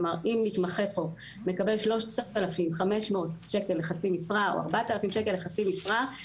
אם מתמחה מקבל 3,500 שקל לחצי משרה או 4,000 שקל לחצי משרה,